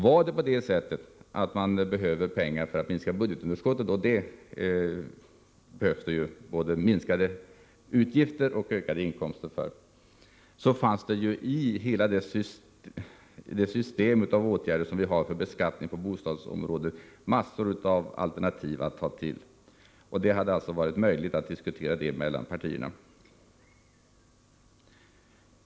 Var det nu så att man behövde pengar för att minska budgetunderskottet — och det behövs både minskade utgifter och ökade inkomster — finns i det system av åtgärder vi har för beskattning på bostadsområdet massor av alternativ att ta till. Det hade varit möjligt att diskutera detta mellan partierna.